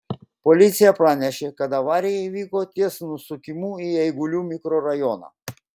policija pranešė kad avarija įvyko ties nusukimu į eigulių mikrorajoną